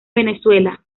venezuela